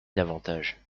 davantage